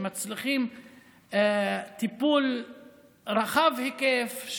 שמצריכים טיפול רחב היקף,